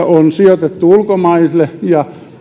on sijoitettu ulkomaille ja